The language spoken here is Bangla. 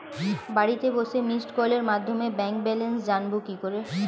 বাড়িতে বসে মিসড্ কলের মাধ্যমে ব্যাংক ব্যালেন্স জানবো কি করে?